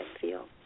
feel